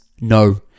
No